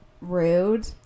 rude